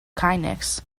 kindness